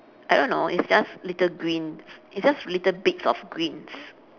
I don't know it's just little greens it's just little bit of greens